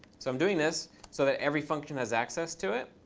so i'm doing this so that every function has access to it.